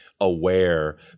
aware